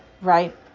right